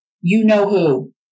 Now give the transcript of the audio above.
you-know-who